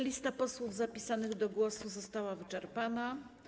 Lista posłów zapisanych do głosu została wyczerpana.